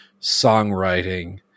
songwriting